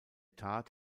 tat